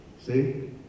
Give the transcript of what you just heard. See